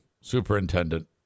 superintendent